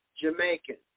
Jamaican